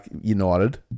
United